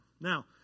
Now